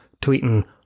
tweeting